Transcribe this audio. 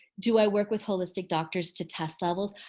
do i work with holistic doctors to test levels?